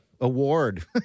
Award